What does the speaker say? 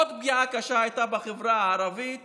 עוד פגיעה קשה הייתה בחברה הערבית